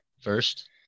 first